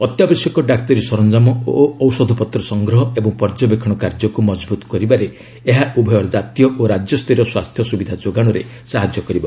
ଅତ୍ୟାବଶ୍ୟକ ଡାକ୍ତରୀ ସରଞ୍ଜାମ ଓ ଔଷଧପତ୍ର ସଂଗ୍ରହ ଏବଂ ପର୍ଯ୍ୟବେକ୍ଷଣ କାର୍ଯ୍ୟକୁ ମଜବୁତ କରିବାରେ ଏହା ଉଭୟ ଜାତୀୟ ଓ ରାଜ୍ୟସ୍ତରୀୟ ସ୍ୱାସ୍ଥ୍ୟ ସୁବିଧା ଯୋଗାଣରେ ସାହାଯ୍ୟ କରିବ